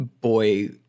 boy